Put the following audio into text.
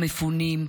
למפונים,